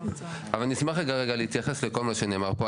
אבל אני אשמח רגע להתייחס לכל מה שנאמר פה.